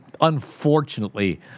unfortunately